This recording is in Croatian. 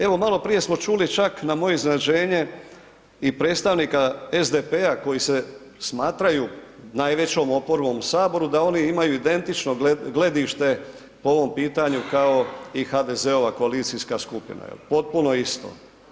Evo maloprije smo čuli čak na moje iznenađenje i predstavnika SDP-a koji se smatraju najvećom oporbom u Saboru, da oni imaju identično gledište po ovom pitanju kao i HDZ-ova koalicijska skupina, potpuno isto.